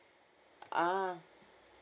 ah